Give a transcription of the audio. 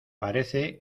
parece